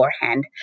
beforehand